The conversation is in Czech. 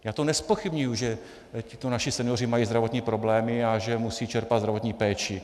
Já to nezpochybňuji, že tito naši senioři mají zdravotní problémy a musí čerpat zdravotní péči.